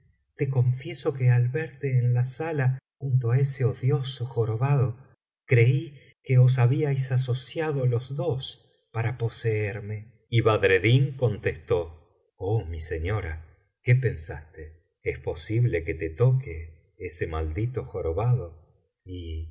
te confieso que al verte en la sala junto á ese odioso jorobado creí que os habíais asociado los dos para poseerme y badreddin contestó oh mi señora qué pensaste es posible que te toque ese maldito jorobado y